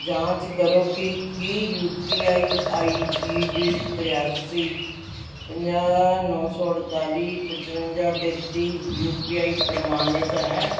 ਜਾਂਚ ਕਰੋ ਕਿ ਕੀ U P I I E D ਤਰਾਸੀ ਪੰਜਾਹ ਨੌ ਸੌ ਅਠਤਾਲੀ ਪਚਵੰਜਾ ਤੇਤੀ ਯੂ ਪੀ ਆਈ ਪ੍ਰਮਾਨਿਤ ਹੈ